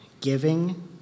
giving